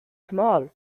small